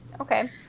okay